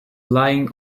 lying